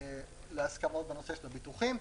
להסכמות בנושא של הביטוחים.